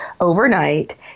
overnight